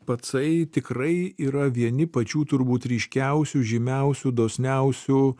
pacai tikrai yra vieni pačių turbūt ryškiausių žymiausių dosniausių